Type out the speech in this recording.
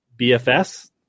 BFS